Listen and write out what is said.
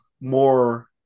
more